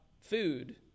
food